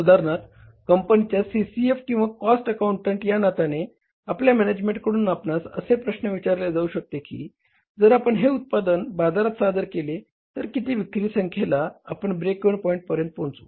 उदाहरणार्थ कंपनीच्या CCF किंवा कॉस्ट अकाउंटंट या नात्याने आपल्या मॅनेजमेंटकडून आपणास असे प्रश्न विचारले जाऊ शकते की जर आपण हे उत्पादन बाजारात सादर केले तर किती विक्री संख्येला आपण ब्रेक इव्हन पॉईंट पर्यंत पोहोचू